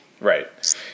Right